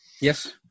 Yes